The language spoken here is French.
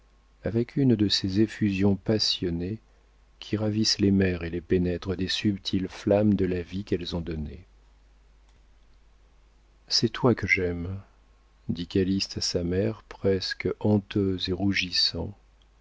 avec une de ces effusions passionnées qui ravissent les mères et les pénètrent des subtiles flammes de la vie qu'elles ont donnée c'est toi que j'aime dit calyste à sa mère presque honteuse et rougissant